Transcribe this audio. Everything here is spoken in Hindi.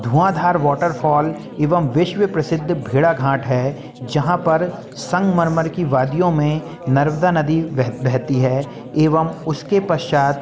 धुआंधार वाटर फॉल एवं विश्व प्रसिद्ध भेड़ाघाट है जहां पर संगमरमर की वादियों में नर्मदा नदी बेहती है एवं उसके पश्चात